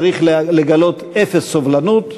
צריך לגלות אפס סובלנות,